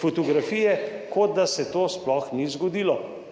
fotografije, kot da se to sploh ni zgodilo.